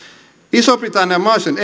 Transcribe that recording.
iso britannian mahdollisen